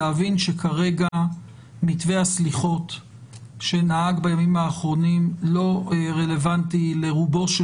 להבין שכרגע מתווה הסליחות שנהג בימים האחרונים לא רלוונטי לרובו של